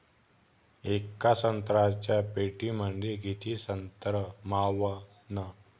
येका संत्र्याच्या पेटीमंदी किती संत्र मावन?